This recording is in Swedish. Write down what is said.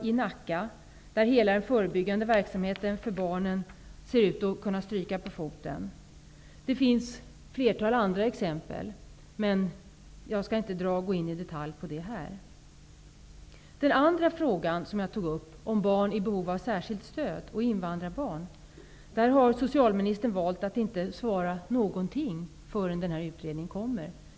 I Nacka ser hela den förebyggande verksamheten för barnen ut att få stryka på foten. Det finns ett flertal andra exempel, men jag skall inte gå in i detalj på dem här. Den andra frågan som jag tog upp gällde barn i behov av särskilt stöd och invandrarbarn. Socialministern har valt att inte ge något svar alls på den frågan innan utredningen är klar.